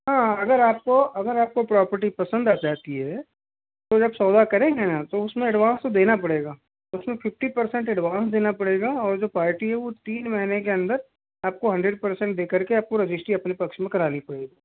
हाँ अगर आप को अगर आप को प्रॉपर्टी पसंद आ जाती है तो जब सौदा करेंगे ना तो उस में एडवांस तो देना पड़ेगा उस में फिप्टी परसेंट एडवांस देना पड़ेगा और जो पार्टी है वो तीन महीने के अंदर आप को हंड्रेड परसेंट दे कर के आप को रजिस्ट्री अपने पक्ष में करानी पड़ेगी